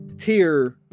tier